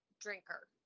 drinker